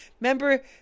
Remember